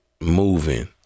moving